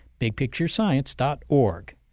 bigpicturescience.org